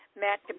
Matt